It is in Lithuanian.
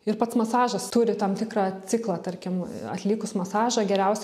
ir pats masažas turi tam tikrą ciklą tarkim atlikus masažą geriausia